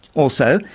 also,